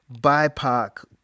BIPOC